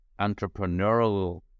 entrepreneurial